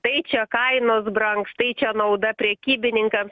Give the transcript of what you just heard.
tai čia kainos brangs tai čia nauda prekybininkams